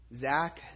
Zach